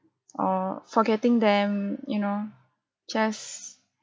or forgetting them you know just